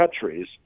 countries